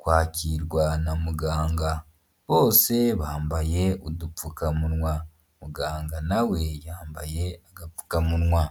kwakirwa na muganga, bose bambaye udupfukamunwa, muganga na we yambaye agapfukamunwa.